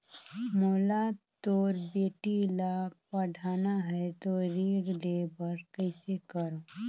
मोला मोर बेटी ला पढ़ाना है तो ऋण ले बर कइसे करो